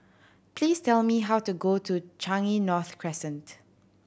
please tell me how to go to Changi North Crescent